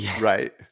Right